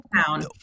town